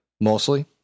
mostly